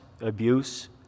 abuse